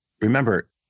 remember